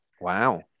Wow